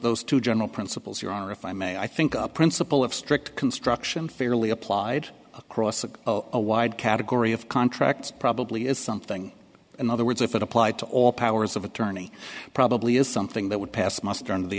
those two general principles your honor if i may i think up a principle of strict construction fairly applied across a wide category of contracts probably is something in other words if it applied to all powers of attorney probably is something that would pass muster in the